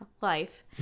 life